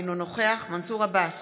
אינו נוכח מנסור עבאס,